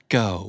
go